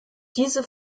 diese